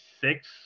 six